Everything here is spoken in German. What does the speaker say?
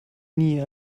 nie